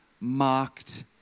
marked